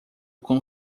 com